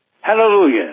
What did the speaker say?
Hallelujah